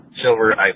silver